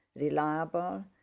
Reliable